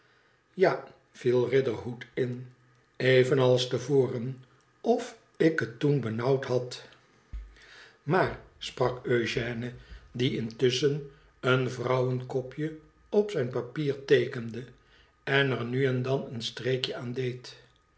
ja viel riderhood in evenals te voren tf ik het toen benauwd had f maar sprak eugène die in tusschen een vrouwenkopje op zijn papier teekende en er nu en dan een streekje aan deed